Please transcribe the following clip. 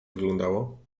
wyglądało